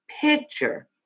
picture